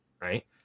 Right